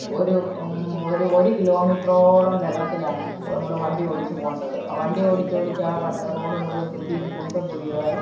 ഒരു ഒരു ഒരു കിലോ മീറ്ററോളം വെള്ളത്തിലാണ് നമ്മൾ വണ്ടി ഓടിച്ചു പോകേണ്ടത് വണ്ടി ഓടിച്ച് ഓടിച്ച് ആ വ റോഡ് മുഴുവൻ കുഴിയും കുണ്ടും കുഴിയുമായി